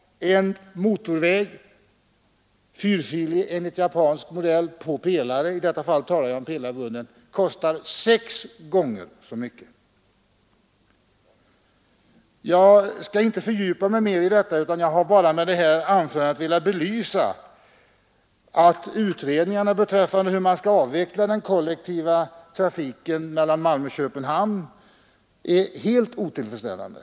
En motorväg, fyrfilig, enligt japansk modell på pelare, kostar sex gånger så mycket. Jag skall inte fördjupa mig mer i detta utan har bara med mitt anförande velat belysa att utredningarna om hur man skall avveckla den kollektiva trafiken mellan Malmö och Köpenhamn är helt otillfredsställande.